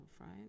right